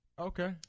Okay